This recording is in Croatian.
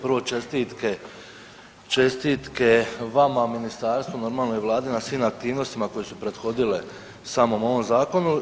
Prvo čestitke vama, ministarstvu, normalno i Vladi na svim aktivnostima koje su prethodile samom ovom zakonu.